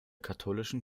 katholischen